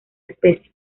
especie